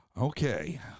Okay